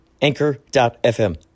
Anchor.fm